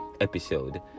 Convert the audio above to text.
episode